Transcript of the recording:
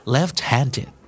Left-handed